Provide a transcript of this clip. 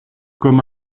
comme